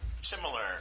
similar